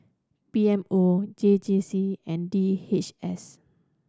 P M O J J C and D H S